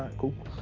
cool.